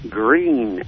green